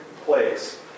place